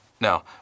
Now